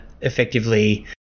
effectively